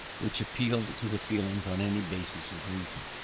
which appealed to the feelings on any basis of reason.